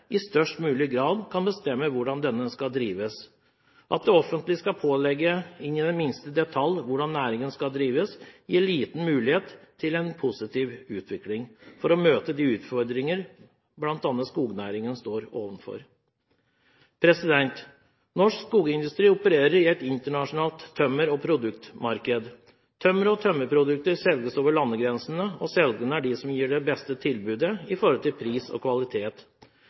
i størst mulig grad kan bestemme hvordan denne skal drives. At det offentlige skal pålegge inn i den minste detalj hvordan næringen skal drives, gir liten mulighet til en positiv utvikling for å møte de utfordringer bl.a. skognæringen står overfor. Norsk skogindustri opererer i et internasjonalt tømmer- og produktmarked. Tømmer og tømmerprodukter selges over landegrensene, og selgerne er dem som gir det beste tilbudet i forhold til pris og kvalitet.